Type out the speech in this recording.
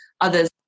Others